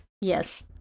Yes